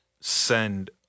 send